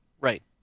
Right